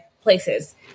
places